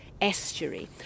estuary